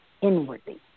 inwardly